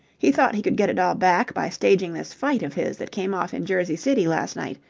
he thought he could get it all back by staging this fight of his that came off in jersey city last night.